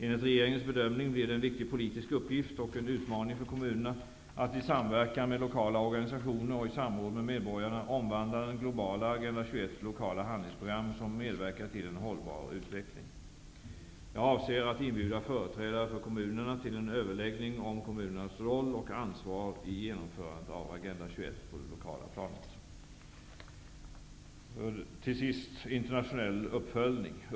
Enligt regeringens bedömning blir det en viktig politisk uppgift och en utmaning för kommunerna att i samverkan med lokala organisationer och i samråd med medborgarna omvandla den globala Jag avser att inbjuda företrädare för kommunerna till en överläggning om kommunernas roll och ansvar i genomförandet av Agenda 21 på det lokala planet. För det sjätte: Internationell uppföljning.